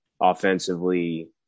offensively